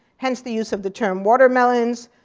hence the use of the term watermelons,